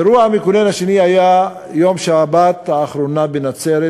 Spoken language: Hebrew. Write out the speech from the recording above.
האירוע המכונן השני היה ביום שבת האחרון בנצרת,